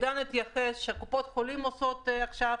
עידן רול התייחס לזה שקופות החולים עושות עכשיו,